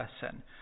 person